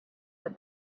had